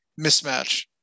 mismatch